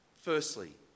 Firstly